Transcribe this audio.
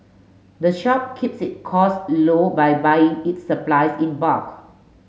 the shop keeps it costs low by buying its supplies in bulk